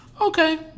okay